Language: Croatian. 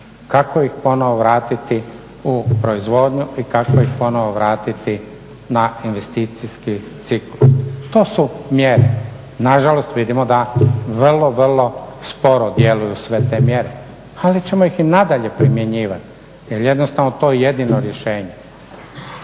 kako ih ponovo vratiti u proizvodnju i kako ih ponovo vratiti na investicijski ciklus. To su mjere. Nažalost vidimo da vrlo, vrlo sporo djeluju sve te mjere ali ćemo ih i nadalje primjenjivati jel je jednostavno to jedino rješenje.